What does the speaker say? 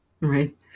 Right